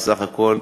בסך הכול,